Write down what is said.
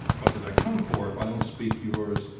what did i come for, if i don't speak yours?